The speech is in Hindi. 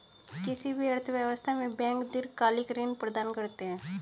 किसी भी अर्थव्यवस्था में बैंक दीर्घकालिक ऋण प्रदान करते हैं